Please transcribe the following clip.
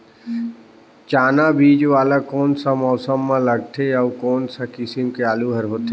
चाना बीजा वाला कोन सा मौसम म लगथे अउ कोन सा किसम के आलू हर होथे?